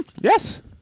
Yes